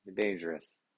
dangerous